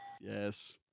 yes